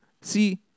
See